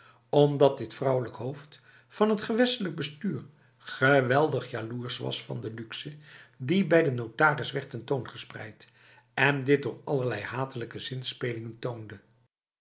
omdat dit vrouwelijk hoofd van het gewestelijk bestuur geweldig jaloers was van de luxe die bij de notaris werd tentoongespreid en dit door allerlei hatelijke zinspelingen toonde